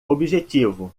objetivo